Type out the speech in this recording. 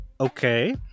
okay